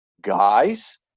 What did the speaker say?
guys